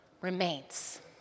remains